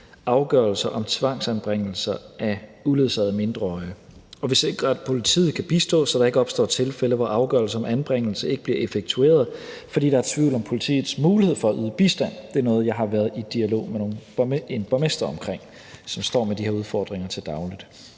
afgørelser om tvangsanbringelser af uledsagede mindreårige, og vi sikrer, at politiet kan bistå, så der ikke opstår tilfælde, hvor afgørelse om anbringelse ikke bliver effektueret, fordi der er tvivl om politiets mulighed for at yde bistand; det er noget, jeg har været i dialog med en borgmester, som står med de her udfordringer til daglig,